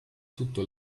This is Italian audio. tutto